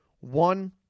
One